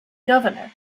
governor